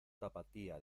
tapatía